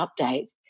update